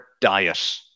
diet